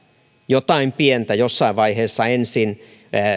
jotain pientä jossain vaiheessa ensin